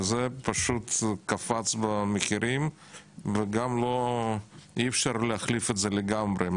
וזה פשוט קפץ במחירים וגם אי אפשר להחליף את זה לגמרי.